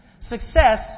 Success